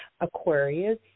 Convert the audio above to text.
Aquarius